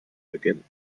beginnen